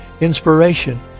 inspiration